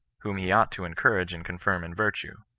whom he ought to encourage and confirm in virtue.